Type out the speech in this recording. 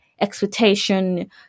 expectation